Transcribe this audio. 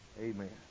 amen